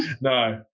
No